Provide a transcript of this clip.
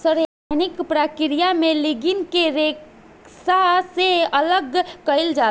रासायनिक प्रक्रिया में लीग्रीन के रेशा से अलग कईल जाला